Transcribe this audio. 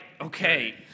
Okay